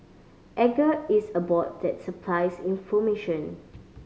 edgar is a bot that supplies information